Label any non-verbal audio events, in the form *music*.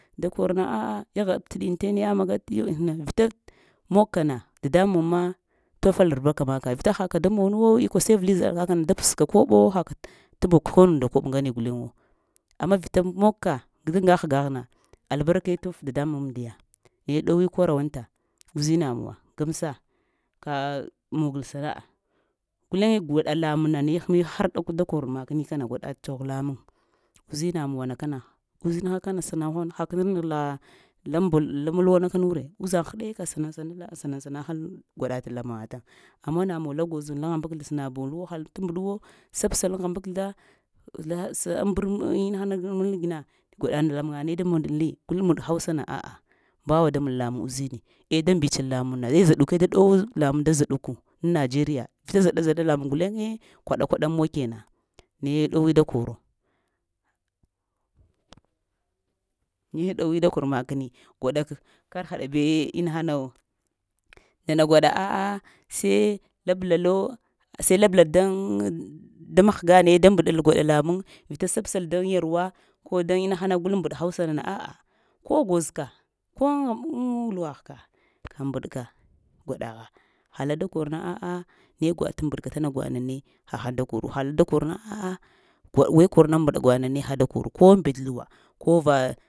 Da kurna a'ah yaghtɗə antene ya marga tiyo vita mongkana dadabaŋ ma tof albarkamava vita haka da monuwo ikwa sai vli zɗla kaknana da psə ka koɓo hakat *unintelligible* hul da koɓo ngane guleŋo amma vita mogka daŋga hgahgna albarka tof dadabaŋ amdiya naye ɗo we kwara-wanta uzinamuwa gamsa ka mugal sanma'ah guleŋə gwaɗa lamaŋ nane hmə harɗakana dakar makni kana gwaɗa tsgho lamaŋ uzinamuna kana uzin hana kana snan haŋ hakniŋ la lambo la mal wakanure uzan hɗəka sanasana sanasa haŋ gwaɗa lan matan ama namuwa la gwozo la ham bakzla snabolluwo hal tmɗwo sab sal aŋ hambak zla la sa aŋ bar an inahanaŋ gina gwaɗa lamuanee da munilee gul mɗa hausana a'ah mbawa da lamaŋ uzini əh da mbistal laman na i əh zaɗuke da-ɗo lamaŋ da zaɗuku aŋ nageriya vita zaɗa-zaɗa lamaŋ guuleŋə kwaɗa-kwaɗamuwa kena naye dowee da koro. naye ɗowe da kor makini gwaɗa kar haɗa bəw inahana wo nana gwaɗa aah sai lablalow sai labla dan dmah ga naye dabaɗal lamaŋ vita sabsal daŋ yarwa ko dan inahana gul mbaɗ hausana aah ko gwoz ka ko aŋ hamb aŋ luwagh ka baɗ ka gwaɗa gha ha la da kar na a'ah na gwaɗ da ta mbɗ tana gwaɗ naneə hda hal da korowo a'ah weə kor na mbɗa tana gwaɗana hal dn korow ko mbət luwa ko va.